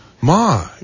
Ma